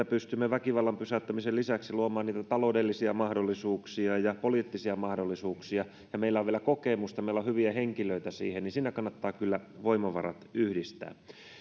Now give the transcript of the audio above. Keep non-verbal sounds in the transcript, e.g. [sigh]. [unintelligible] pystymme väkivallan pysäyttämisen lisäksi luomaan taloudellisia mahdollisuuksia ja poliittisia mahdollisuuksia ja meillä on myös kokemusta meillä on hyviä henkilöitä siihen siinä kannattaa kyllä voimavarat yhdistää